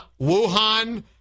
Wuhan